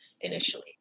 initially